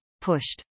Pushed